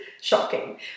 Shocking